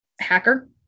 hacker